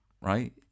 right